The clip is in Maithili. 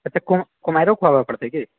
अच्छा कुमारिओ खुआबऽ पड़तै कि